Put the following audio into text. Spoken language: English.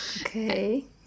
Okay